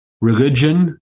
religion